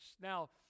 Now